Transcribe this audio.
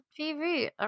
TV